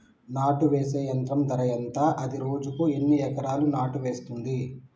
నాటు వేసే యంత్రం ధర ఎంత? అది రోజుకు ఎన్ని ఎకరాలు నాటు వేస్తుంది?